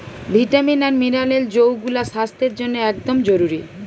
vitamin আর mineral যৌগুলা স্বাস্থ্যের জন্যে একদম জরুরি